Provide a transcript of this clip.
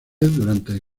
durante